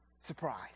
surprise